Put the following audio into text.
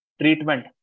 treatment